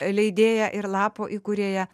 leidėja ir lapų įkūrėja